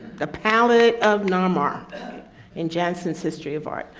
the palette of narmer in janson's history of art,